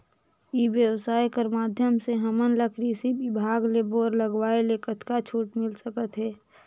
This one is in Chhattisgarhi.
ई व्यवसाय कर माध्यम से हमन ला कृषि विभाग ले बोर लगवाए ले कतका छूट मिल सकत हे?